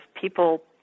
people